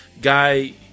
guy